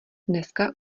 dneska